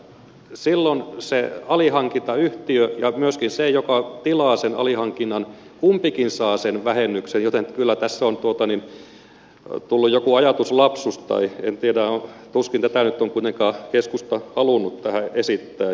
silloin se alihankintayhtiö ja myöskin se joka tilaa sen alihankinnan kumpikin saavat sen vähennyksen joten kyllä tässä on tullut joku ajatuslapsus tai en tiedä mutta tuskin tätä nyt on kuitenkaan keskusta halunnut tähän esittää